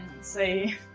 say